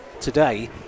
today